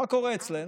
מה קורה אצלנו,